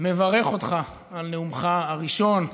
מברך אותך על נאומך הראשון.